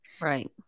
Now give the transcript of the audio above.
right